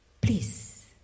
please